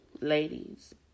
ladies